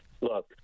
Look